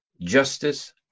Justice